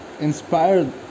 inspired